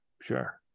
sure